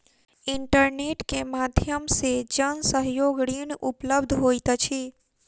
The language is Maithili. इंटरनेट के माध्यम से जन सहयोग ऋण उपलब्ध होइत अछि